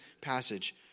passage